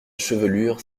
chevelure